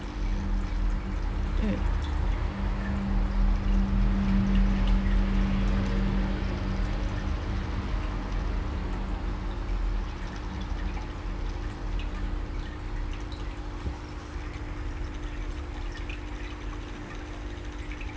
mm